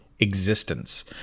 Existence